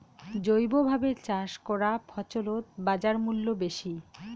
জৈবভাবে চাষ করা ফছলত বাজারমূল্য বেশি